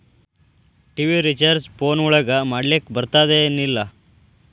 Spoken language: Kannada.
ಟಿ.ವಿ ರಿಚಾರ್ಜ್ ಫೋನ್ ಒಳಗ ಮಾಡ್ಲಿಕ್ ಬರ್ತಾದ ಏನ್ ಇಲ್ಲ?